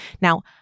Now